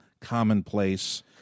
commonplace